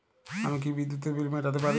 আমি কি বিদ্যুতের বিল মেটাতে পারি?